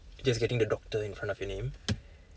just getting the doctor in front of your name